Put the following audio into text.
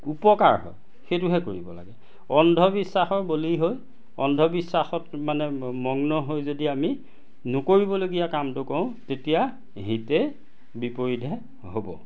উপকাৰ হয় সেইটোহে কৰিব লাগে অন্ধবিশ্বাসৰ বলি হৈ অন্ধবিশ্বাসত মানে মগ্ন হৈ যদি আমি নকৰিবলগীয়া কামটো কৰোঁ তেতিয়া হিতে বিপৰীতহে হ'ব